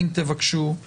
אבל